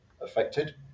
affected